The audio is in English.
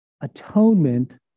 atonement